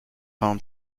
home